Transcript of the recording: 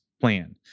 plan